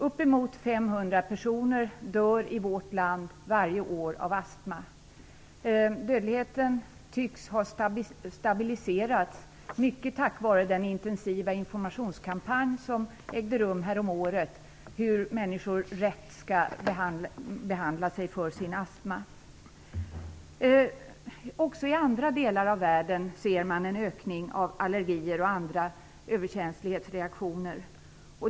Uppemot 500 personer dör i vårt land varje år av astma. Dödligheten tycks ha stabiliserats mycket tack vare den intensiva informationskampanj som ägde rum häromåret om hur människor rätt skall behandla sig för sin astma. Också i andra delar av världen ser man en ökning av allergier och andra överkänslighetsreaktioner.